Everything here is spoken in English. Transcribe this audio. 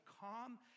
calm